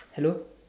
hello